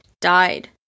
died